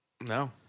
No